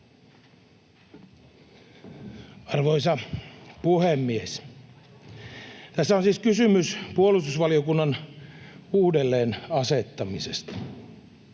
Arvoisa puhemies! Tässä on siis kysymys puolustusvaliokunnan uudelleen asettamisesta.